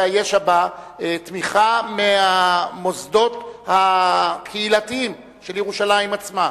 הישע תמיכה מהמוסדות הקהילתיים של ירושלים עצמה,